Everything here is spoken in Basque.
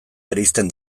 bereizten